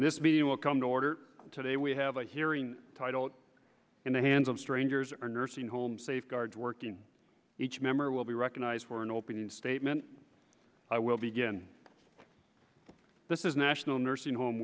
this be will come to order today we have a hearing titled in the hands of strangers or nursing home safeguards working each member will be recognized for an opening statement i will begin this is national nursing home